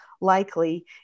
likely